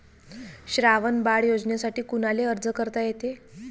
श्रावण बाळ योजनेसाठी कुनाले अर्ज करता येते?